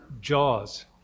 Jaws